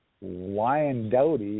Wyandotte